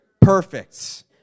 perfect